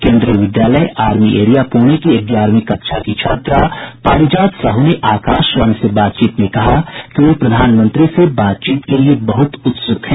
केंद्रीय Vidyalaya army area Pune की ग्यारहवीं कक्षा की छात्रा पारिजात साहू ने आकाशवाणी से बातचीत में कहा कि वे प्रधानमंत्री से बातचीत के लिए बहुत उत्सुक हैं